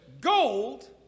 gold